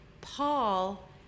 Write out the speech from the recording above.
Paul